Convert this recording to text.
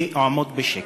אעמוד בשקט.